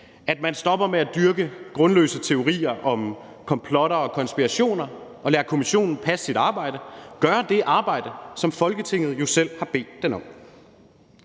at man stopper med at dyrke grundløse teorier om komplotter og konspirationer og lader kommissionen passe sit arbejde, gøre det arbejde, som Folketinget jo selv har bedt den om.